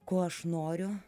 ko aš noriu